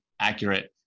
accurate